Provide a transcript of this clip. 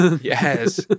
Yes